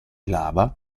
lava